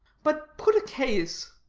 but put a case.